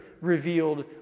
revealed